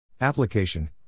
Application